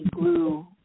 blue